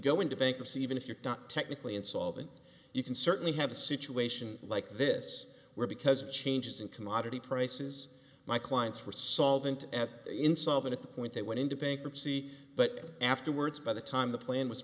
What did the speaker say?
go into bankruptcy even if you're not technically insolvent you can certainly have a situation like this where because of changes in commodity prices my clients were solvent at insolvent at the point they went into bankruptcy but afterwards by the time the plan was